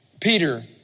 Peter